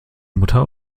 mutter